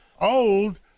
old